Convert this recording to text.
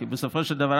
כי בסופו של דבר,